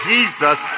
Jesus